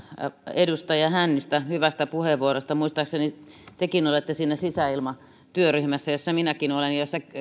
edustaja hännistä hyvästä puheenvuorosta muistaakseni tekin olette siinä sisäilmatyöryhmässä jossa minäkin olen ja jossa